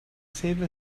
save